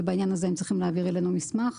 אבל בעניין הזה הם צריכים להעביר אלינו מסמך.